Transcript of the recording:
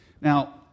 Now